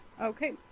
Okay